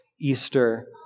Easter